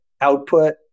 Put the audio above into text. output